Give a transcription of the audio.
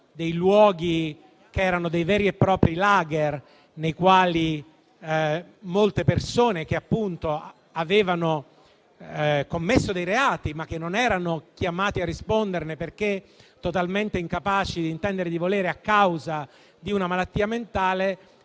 dei luoghi che erano dei veri e propri *lager* nei quali molte persone che avevano commesso dei reati, ma che non erano chiamati a risponderne perché totalmente incapaci di intendere e di volere a causa di una malattia mentale,